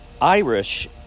Irish